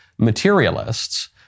Materialists